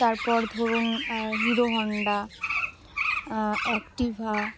তারপর ধরুন Hero Honda Activa